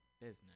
business